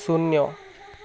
ଶୂନ୍ୟ